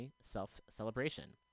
self-celebration